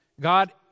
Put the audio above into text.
God